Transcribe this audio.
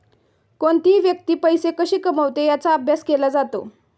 कोणतीही व्यक्ती पैसे कशी कमवते याचा अभ्यास केला जातो